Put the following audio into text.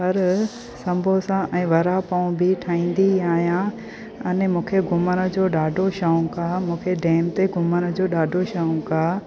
कर सम्बोसा ऐं वड़ा पाव बि ठाहींदी आहियां अने खे घुमण जो ॾाढो शौक़ु आहे मूंखे डैम ते घुमण जो ॾाढो शौक़ु आहे